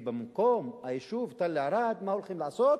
במקום היישוב תל-ערד מה הולכים לעשות?